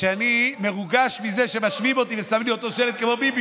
שאני מרוגש מזה שמשווים אותי ושמים לי אותו שלט כמו ביבי?